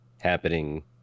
happening